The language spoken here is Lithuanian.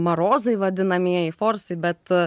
marozai vadinamieji forcai bet